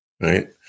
Right